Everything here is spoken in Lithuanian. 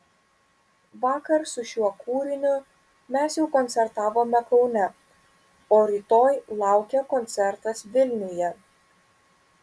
vakar su šiuo kūriniu mes jau koncertavome kaune o rytoj laukia koncertas vilniuje